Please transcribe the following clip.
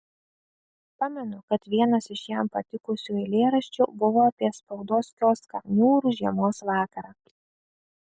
pamenu kad vienas iš jam patikusių eilėraščių buvo apie spaudos kioską niūrų žiemos vakarą